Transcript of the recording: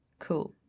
cool.